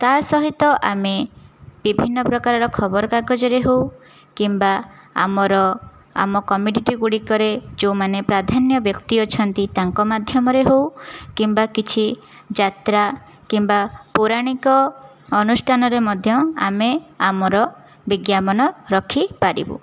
ତା'ସହିତ ଆମେ ବିଭିନ୍ନ ପ୍ରକାରର ଖବରକାଗଜରେ ହେଉ କିମ୍ବା ଆମର ଆମ କମ୍ୟୁନିଟିଗୁଡ଼ିକରେ ଯେଉଁମାନେ ପ୍ରାଧାନ୍ୟ ବ୍ୟକ୍ତି ଅଛନ୍ତି ତାଙ୍କ ମାଧ୍ୟମରେ ହେଉ କିମ୍ବା କିଛି ଯାତ୍ରା କିମ୍ବା ପୌରାଣିକ ଅନୁଷ୍ଠାନରେ ମଧ୍ୟ ଆମେ ଆମର ବିଜ୍ଞାପନ ରଖିପାରିବୁ